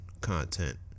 content